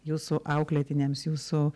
jūsų auklėtiniams jūsų